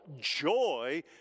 joy